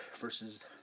versus